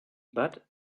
but